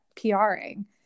PRing